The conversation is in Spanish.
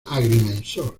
agrimensor